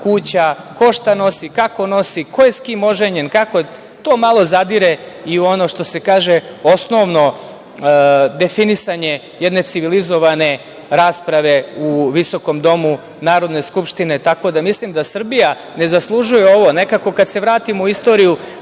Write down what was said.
kuća, ko šta nosi, kako nosi, ko je sa kim oženjen. To malo zadire i u ono, što se kaže, osnovno definisanje jedne civilizovane rasprave u visokom domu Narodne skupštine. Mislim da Srbija ne zaslužuje ovo. Nekako, kad se vratimo u istoriju,